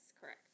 correct